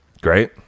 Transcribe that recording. Great